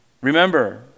Remember